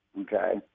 Okay